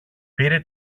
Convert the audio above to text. πήρε